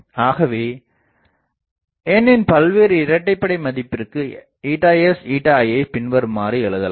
ஆகவே n னின் பல்வேறு இரட்டை படை மதிப்பிற்கு s i ஐ பின்வருமாறு எழுதலாம்